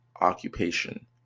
occupation